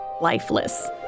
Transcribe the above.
lifeless